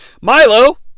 Milo